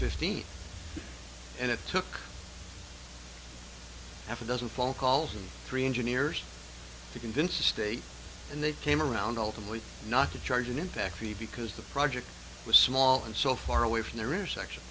fifteen and it took half a dozen phone calls and three engineers to convince the state and they came around ultimately not to charge and in fact be because the project was small and so far away from their intersection